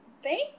Thank